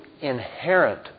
inherent